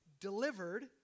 delivered